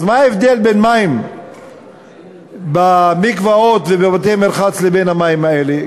אז מה ההבדל בין מים במקוואות ובבתי-מרחץ לבין המים האלה?